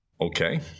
Okay